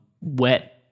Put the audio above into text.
wet